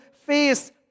face